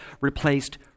replaced